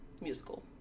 Musical